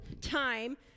time